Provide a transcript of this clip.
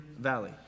Valley